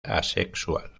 asexual